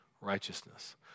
righteousness